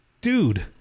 Dude